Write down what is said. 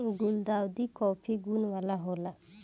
गुलदाउदी काफी गुण वाला होला